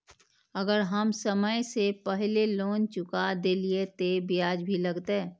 अगर हम समय से पहले लोन चुका देलीय ते ब्याज भी लगते?